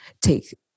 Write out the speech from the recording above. take